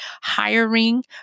hiring